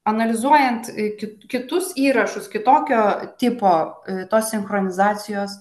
analizuojant kit kitus įrašus kitokio tipo tos sinchronizacijos